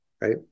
right